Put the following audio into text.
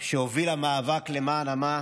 שהובילה מאבק למען עמה,